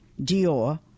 Dior